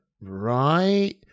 Right